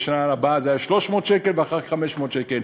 הבאה, 300 שקל, ואחר כך 500 שקל.